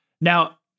Now